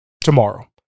tomorrow